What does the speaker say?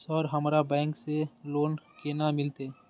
Sir हमरा bank से loan केना मिलते?